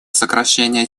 сокращения